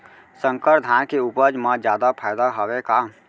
संकर धान के उपज मा जादा फायदा हवय का?